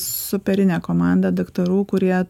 superinę komandą daktarų kurie